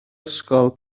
ysgol